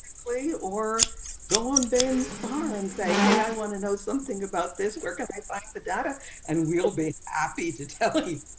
play or go on bands bar and say, hey, i want to know something about this work. i like the data and we'll be happy to tell you,